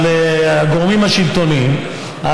אבל הגורמים השלטוניים,